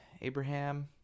Abraham